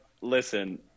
Listen